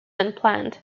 unplanned